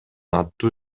аттуу